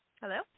Hello